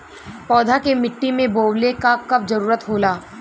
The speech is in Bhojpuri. पौधा के मिट्टी में बोवले क कब जरूरत होला